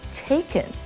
taken 。